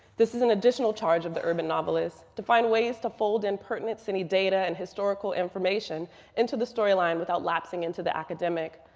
this is an additional charge of urban novelists, to find ways to fold impertinent city data and historical information into the storyline without lapsing into the academic.